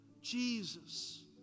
Jesus